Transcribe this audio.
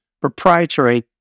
proprietary